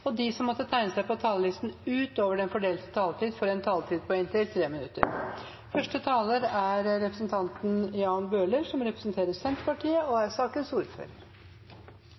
og de som måtte tegne seg på talerlisten utover den fordelte taletid, får også en taletid på inntil 3 minutter. Saken gjelder etablering og